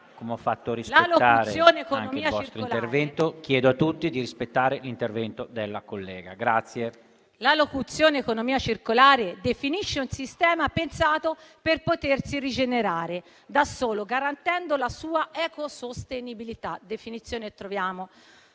Come ho fatto rispettare anche il vostro intervento, chiedo a tutti di rispettare l'intervento della collega. PETRUCCI *(FdI)*. La locuzione «economia circolare» definisce un sistema pensato per potersi rigenerare da solo, garantendo la sua ecosostenibilità (definizione che troviamo